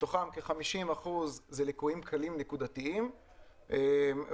מתוכם כ-50 אחוזים הם ליקויים קלים נקודתיים ועוד